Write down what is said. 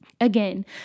Again